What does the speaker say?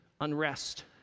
unrest